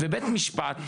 ובית המשפט,